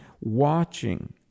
watching